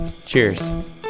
cheers